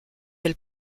elle